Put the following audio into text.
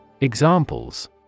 Examples